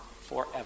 forever